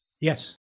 Yes